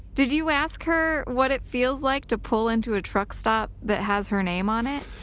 did you ask her what it feels like to pull into a truck stop that has her name on it?